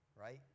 right